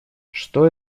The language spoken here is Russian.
что